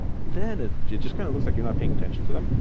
then, it just kind of looks like you're not paying attention to them.